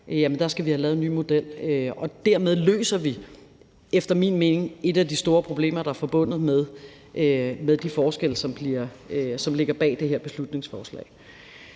skal vi have lavet en ny model, og dermed løser vi efter min mening et af de store problemer, der er forbundet med de forskelle, som ligger bag det her beslutningsforslag.